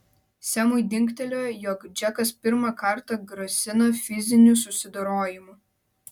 semui dingtelėjo jog džekas pirmą kartą grasina fiziniu susidorojimu